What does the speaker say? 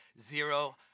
zero